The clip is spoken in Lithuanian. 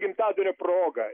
gimtadienio proga